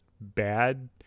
bad